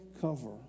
cover